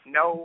no